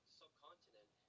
subcontinent